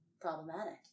problematic